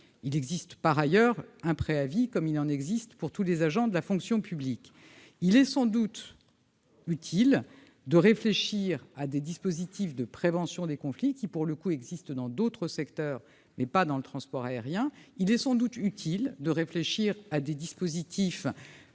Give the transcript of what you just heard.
il existe par ailleurs un préavis comme il en existe pour tous les agents de la fonction publique, il est sans doute utile de réfléchir à des dispositifs de prévention des conflits qui pour le coup, existe dans d'autres secteurs, mais pas dans le transport aérien, il est sans doute utile de réfléchir à des dispositifs